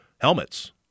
helmets